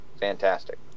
fantastic